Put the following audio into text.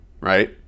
Right